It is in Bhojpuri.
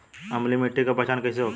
अम्लीय मिट्टी के पहचान कइसे होखे?